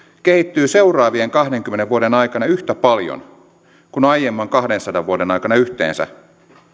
kehittyy seuraavien kahdenkymmenen vuoden aikana yhtä paljon kuin aiemman kahdensadan vuoden aikana yhteensä